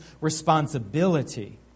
responsibility